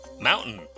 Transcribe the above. Mountain